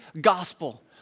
gospel